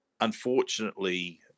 Unfortunately